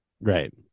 Right